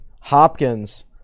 Hopkins